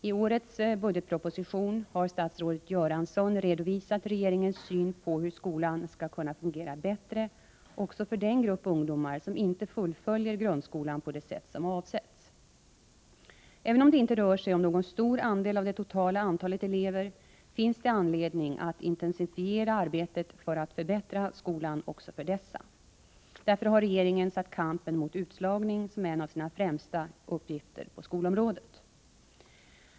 I årets budgetproposition har statsrådet Göransson redovisat regeringens syn på hur skolan skall kunna fungera bättre också för den grupp ungdomar som inte fullföljer grundskolan på det sätt som avsetts. Även om det inte rör sig om någon stor andel av det totala antalet elever, finns det anledning att intensifiera arbetet med att förbättra skolan också för dessa. Därför har regeringen satt kampen mot utslagning som en av sina främsta uppgifter på skolområdet.